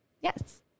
yes